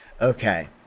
Okay